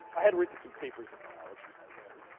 i had written some papers in biology by then.